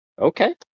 Okay